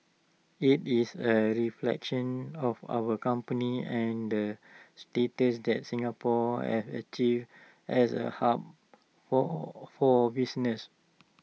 IT is A reflection of our company and the status that Singapore have achieved as A hub for for business